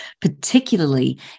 particularly